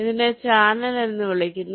ഇതിനെ ചാനൽ എന്ന് വിളിക്കുന്നു